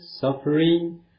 suffering